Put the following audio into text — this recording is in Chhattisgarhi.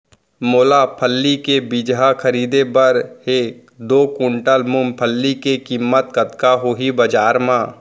मोला फल्ली के बीजहा खरीदे बर हे दो कुंटल मूंगफली के किम्मत कतका होही बजार म?